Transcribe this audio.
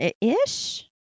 ish